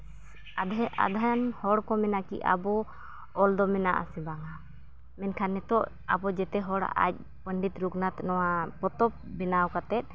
ᱟᱫᱷᱮᱱ ᱟᱫᱷᱮᱱ ᱦᱚᱲ ᱠᱚ ᱢᱮᱱᱟ ᱠᱤ ᱟᱵᱚ ᱚᱞ ᱫᱚ ᱢᱮᱱᱟᱜ ᱟᱥᱮ ᱵᱟᱝᱼᱟ ᱢᱮᱱᱠᱷᱟᱱ ᱱᱤᱛᱚᱜ ᱟᱵᱚ ᱡᱚᱛᱚ ᱦᱚᱲᱟᱜ ᱟᱡ ᱯᱚᱱᱰᱤᱛ ᱨᱚᱜᱷᱩᱱᱟᱛᱷ ᱱᱚᱣᱟ ᱯᱚᱛᱚᱵ ᱵᱮᱱᱟᱣ ᱠᱟᱛᱮᱫ